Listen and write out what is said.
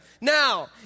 Now